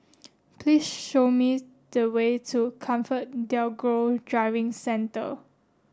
please show me the way to ComfortDelGro Driving Centre